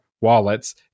wallets